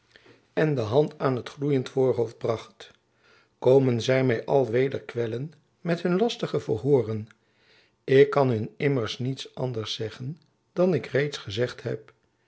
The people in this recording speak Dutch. en de hand aan het gloeiend voorhoofd bracht komen zy my al weder kwellen met hun lastige verhooren ik kan hun immers niets anders zeggen dan ik reeds gezegd heb